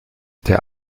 der